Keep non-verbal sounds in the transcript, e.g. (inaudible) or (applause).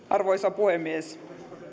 (unintelligible) arvoisa puhemies